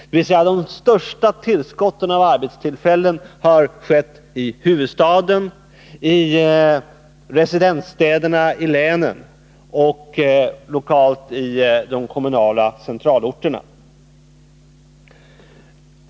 Det har inneburit att huvudstaden, residensstäderna i länen och lokalt de kommunala centralorterna har fått de största tillskotten av arbetstillfällen.